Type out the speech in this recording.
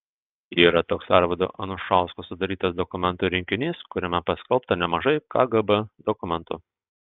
yra toks arvydo anušausko sudarytas dokumentų rinkinys kuriame paskelbta nemažai kgb dokumentų